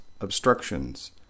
obstructions